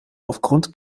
aufgrund